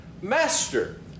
Master